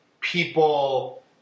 people